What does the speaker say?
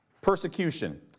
persecution